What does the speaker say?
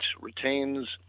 retains